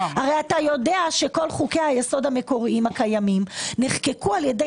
הרי אתה יודע שכל חוקי היסוד הקיימים נחקקו על ידי